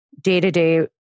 day-to-day